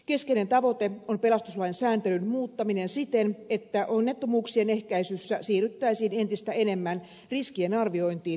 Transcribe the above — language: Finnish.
keskeinen tavoite on pelastuslain sääntelyn muuttaminen siten että onnettomuuksien ehkäisyssä siirryttäisiin entistä enemmän riskien arviointiin pohjautuvaan toimintaan